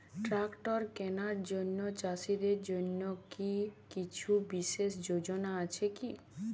Tractor কেনার জন্য চাষীদের জন্য কী কিছু বিশেষ যোজনা আছে কি?